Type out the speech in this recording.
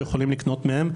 שיכולים לקנות מהם,